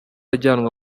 ajyanwa